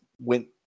went